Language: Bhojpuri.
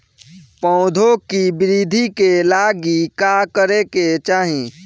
पौधों की वृद्धि के लागी का करे के चाहीं?